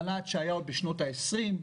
בשנות ה-20,